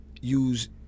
use